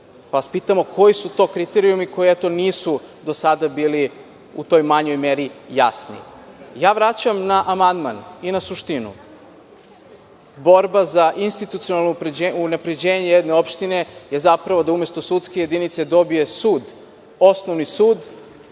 vas – koji su to kriterijumi koji do sada nisu bili u toj manjoj meri jasni? Ja vraćam na amandman i na suštinu. Borba za institucionalno unapređenje jedne opštine je zapravo da umesto sudske jedinice dobije sud, osnovni sud,